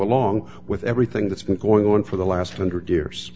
along with everything that's been going on for the last one hundred years